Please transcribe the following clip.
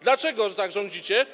Dlaczego tak rządzicie?